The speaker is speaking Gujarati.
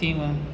તેમાં